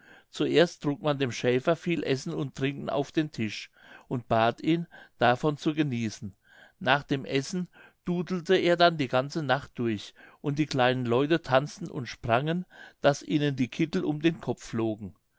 zuerst trug man dem schäfer viel essen und trinken auf den tisch und bat ihn davon zu genießen nach dem essen dudelte er dann die ganze nacht durch und die kleinen leute tanzten und sprangen daß ihnen die kittel um den kopf flogen